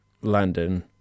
London